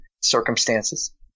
circumstances